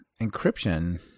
encryption